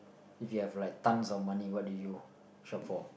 if you have like tons of money what do you shop for